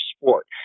sport